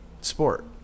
sport